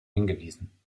hingewiesen